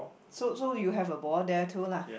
so so you have a ball there too lah